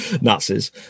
Nazis